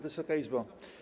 Wysoka Izbo!